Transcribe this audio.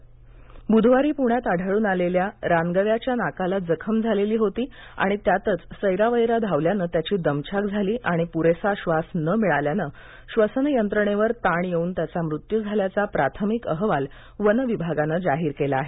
पुण्यात बुधवारी आढळून आलेल्या रान गव्याच्या नाकाला जखम झालेली होती आणि त्यातच सैरावैरा धावल्यानं त्याची दमछाक झाली आणि पुरेसा श्वास न मिळाल्यानं श्वसन यंत्रणेवर ताण येऊन त्याचा मृत्यू झाल्याचा प्राथमिक अहवाल वन विभागानं जाहीर केला आहे